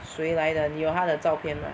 谁来的你有她的的照片吗